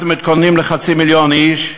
אנחנו מתכוננים לחצי מיליון איש,